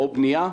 או בנייה,